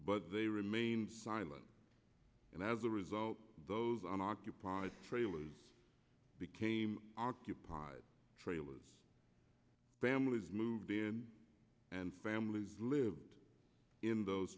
but they remained silent and as a result those on occupied trailers became occupied trailers families moved in and families live in those